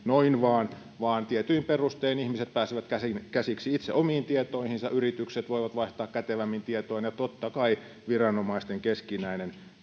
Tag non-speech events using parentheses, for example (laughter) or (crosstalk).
(unintelligible) noin vain vaan tietyin perustein ihmiset pääsevät käsiksi käsiksi itse omiin tietoihinsa yritykset voivat vaihtaa kätevämmin tietoa ja totta kai viranomaisten keskinäinen